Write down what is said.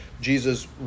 Jesus